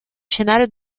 scenario